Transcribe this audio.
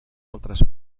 altres